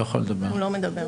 הוא לא מדבר.